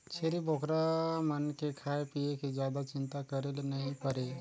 छेरी बोकरा मन के खाए पिए के जादा चिंता करे ले नइ परे